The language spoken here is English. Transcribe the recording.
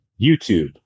YouTube